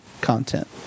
content